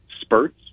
spurts